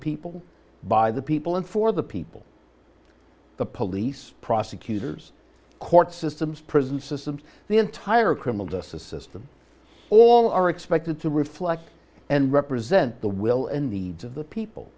people by the people and for the people the police prosecutors court systems prison systems the entire criminal justice system all are expected to reflect and represent the will and the to the people